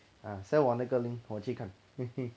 uh send 我那个 link 我去看 he he